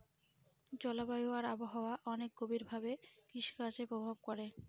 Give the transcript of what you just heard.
জলবায়ু আর আবহাওয়া অনেক গভীর ভাবে কৃষিকাজে প্রভাব করে